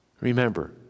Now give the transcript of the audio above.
Remember